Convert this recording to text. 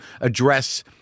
address